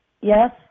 yes